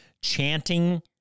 chanting